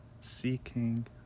seeking